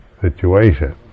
situation